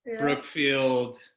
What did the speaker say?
Brookfield